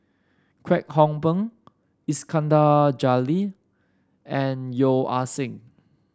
Kwek Hong Png Iskandar Jalil and Yeo Ah Seng